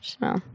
No